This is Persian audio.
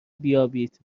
بیابید